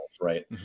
right